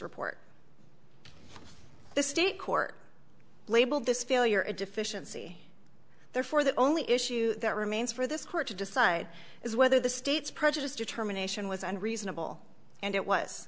report the state court labeled this failure a deficiency therefore the only issue that remains for this court to decide is whether the state's prejudiced determination was unreasonable and it was